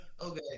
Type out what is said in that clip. Okay